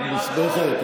מוסמכת?